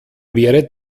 wäre